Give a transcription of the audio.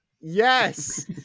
Yes